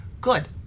good